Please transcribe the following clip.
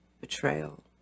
Betrayal